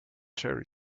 cherry